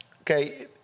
Okay